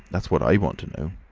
that's what i want to know.